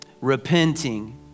repenting